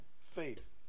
faith